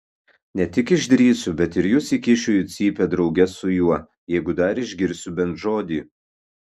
ne tik išdrįsiu bet ir jus įkišiu į cypę drauge su juo jeigu dar išgirsiu bent žodį